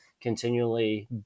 continually